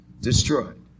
destroyed